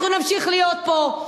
אנחנו נמשיך להיות פה,